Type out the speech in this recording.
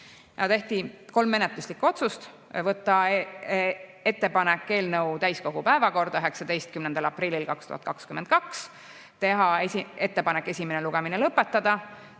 Tehti kolm menetluslikku otsust: ettepanek võtta eelnõu täiskogu päevakorda 19. aprillil 2022, teha ettepanek esimene lugemine lõpetada